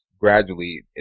gradually